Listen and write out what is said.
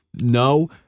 No